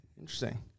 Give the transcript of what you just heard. interesting